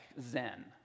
Zen